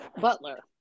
butler